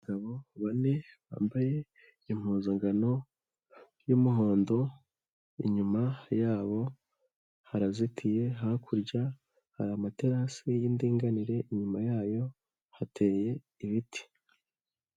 Abagabo bane bambaye impuzankano y'umuhondo, inyuma yabo harazitiye, hakurya hari amaterasi y'indinganire, inyuma yayo hateye ibiti.